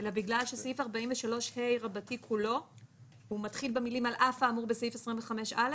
אלא בגלל שסעיף 43ה כולו מתחיל במילים "על אף האמור בסעיף 25(א)",